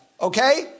Okay